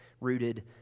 rooted